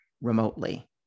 remotely